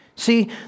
See